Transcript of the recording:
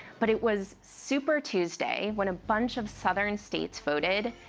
but it was super tuesday, when a bunch of southern states voted.